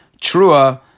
trua